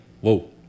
whoa